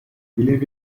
believe